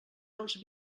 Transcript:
dels